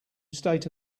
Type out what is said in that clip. state